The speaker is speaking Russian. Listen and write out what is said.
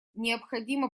необходимо